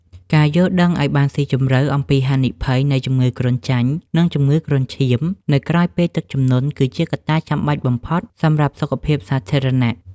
ការយល់ដឹងឱ្យបានស៊ីជម្រៅអំពីហានិភ័យនៃជំងឺគ្រុនចាញ់ និងជំងឺគ្រុនឈាមនៅក្រោយពេលទឹកជំនន់ គឺជាកត្តាចាំបាច់បំផុតសម្រាប់សុខភាពសាធារណៈ។